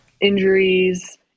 injuries